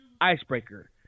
Icebreaker